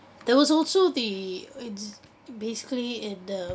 there was also the it's basically in the